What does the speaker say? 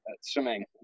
swimming